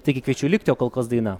taigi kviečiu likti o kol kas daina